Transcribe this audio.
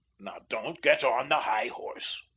now, don't get on the high horse.